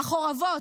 החורבות,